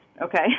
okay